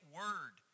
word